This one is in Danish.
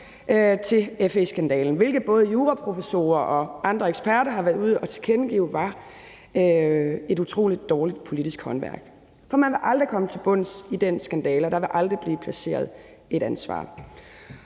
med FE-skandalen, hvilket både juraprofessorer og andre eksperter har været ude at tilkendegive var et utrolig dårligt politisk håndværk. For man vil aldrig komme til bunds i den skandale, og der vil aldrig blive placeret et ansvar.